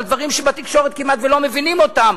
על דברים שבתקשורת כמעט לא מבינים אותם,